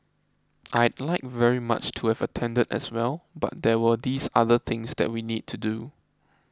I'd like very much to have attended as well but there were these other things that we need to do